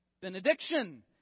benediction